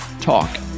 talk